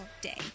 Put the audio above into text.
day